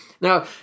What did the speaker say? Now